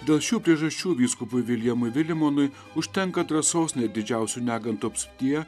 dėl šių priežasčių vyskupui viljamui vilimonui užtenka drąsos net didžiausių negandų apsuptyje